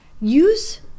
use